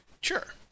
Sure